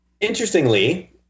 interestingly